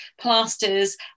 plasters